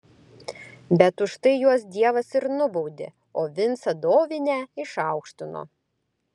bet už tai juos dievas ir nubaudė o vincą dovinę išaukštino